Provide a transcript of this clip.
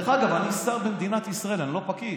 דרך אגב, אני שר במדינת ישראל, אני לא פקיד.